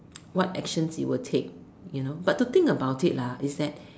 what actions it will take you know but to think about it lah is that